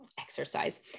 exercise